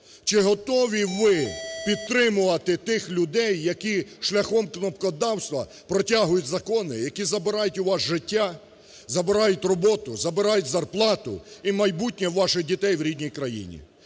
Чи готові ви підтримувати тих людей, які шляхом кнопкодавства протягують закони, які забирають у вас життя, забирають роботу, забирають зарплату і майбутнє ваших дітей в рідній країні?